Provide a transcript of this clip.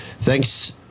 Thanks